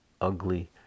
ugly